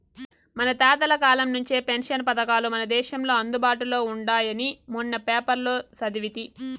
మన తాతల కాలం నుంచే పెన్షన్ పథకాలు మన దేశంలో అందుబాటులో ఉండాయని మొన్న పేపర్లో సదివితి